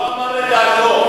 הוא לא אמר את דעתו.